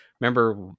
remember